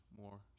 more